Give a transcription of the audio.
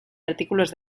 artículos